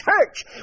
church